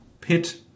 pit